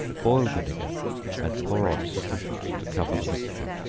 boil vinegar and pour on sufficient to cover the mixture.